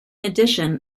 addition